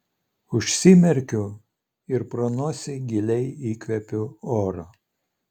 užsimerkiu ir pro nosį giliai įkvėpiu oro